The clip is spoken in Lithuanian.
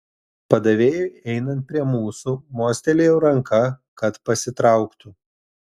padavėjui einant prie mūsų mostelėjau ranka kad pasitrauktų